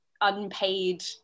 unpaid